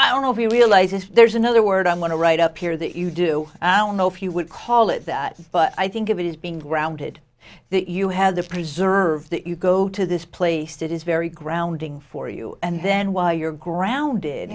this there's another word on what to write up here that you do i don't know if you would call it that but i think of it as being grounded that you had to preserve that you go to this place that is very grounding for you and then while you're grounded